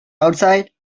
outside